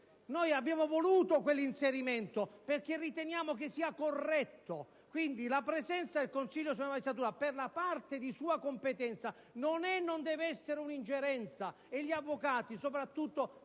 Noi abbiamo voluto quell'inserimento perché riteniamo che sia corretto. Quindi la presenza del Consiglio superiore della magistratura, per la parte di sua competenza, non è e non deve essere una ingerenza. Gli avvocati, soprattutto